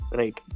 right